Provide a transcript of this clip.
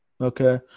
Okay